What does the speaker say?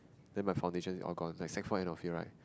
then my foundation is all gone like Sec four end of year right